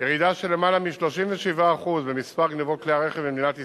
ירידה של למעלה מ-37% במספר גנבות כלי הרכב במדינת ישראל.